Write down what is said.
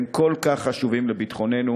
הם כל כך חשובים לביטחוננו,